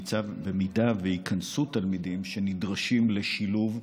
במידה שייכנסו תלמידים שנדרשים לשילוב,